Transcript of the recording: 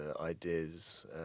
ideas